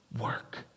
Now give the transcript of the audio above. work